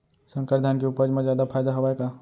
संकर धान के उपज मा जादा फायदा हवय का?